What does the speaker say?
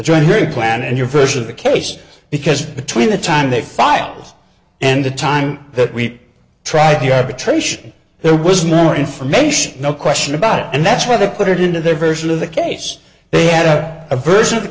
joint hearing plan and your version of the case because between the time they files and the time that we tried the arbitration there was no more information no question about it and that's where the put it into their version of the case they had a vers